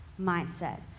mindset